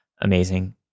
Amazing